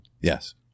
Yes